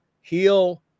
heal